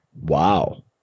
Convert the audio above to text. Wow